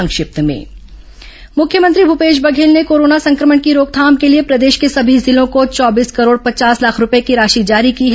संक्षिप्त समाचार मुख्यमंत्री भूपेश बधेल ने कोरोना संक्रमण की रोकथाम के लिए प्रदेश के सभी जिलों को चौबीस करोड़ पचास लाख रूपए की राशि जारी की है